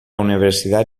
universidad